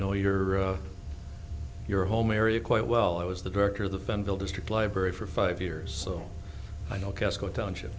know your your home area quite well i was the director of the phone bill district library for five years so i know casco township